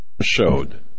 showed